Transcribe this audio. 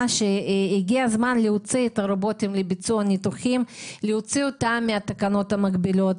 שהגיע הזמן להוציא את הרובוטים לביצוע ניתוחים מן התקנות המגבילות.